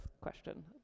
question